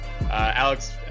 Alex